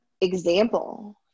example